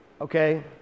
okay